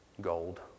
gold